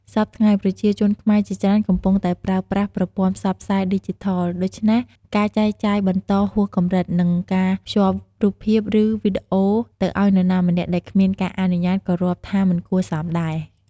សព្វថ្ងៃ ប្រជាជនខ្មែរជាច្រើនកំពុងតែប្រើប្រាស់ប្រព័ន្ធផ្សព្វផ្សាយឌីជីថល ដូច្នេះ ការចែកចាយបន្តហួសកម្រិត និងការភ្ជាប់រូបភាព ឬ វីដេអូទៅឱ្យនរណាម្នាក់ដែលគ្មានការអនុញ្ញាតិក៏រាប់ថាមិនគួរសមដែរ។